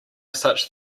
such